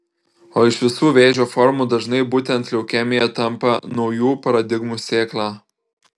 o iš visų vėžio formų dažnai būtent leukemija tampa naujų paradigmų sėkla